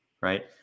right